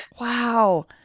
Wow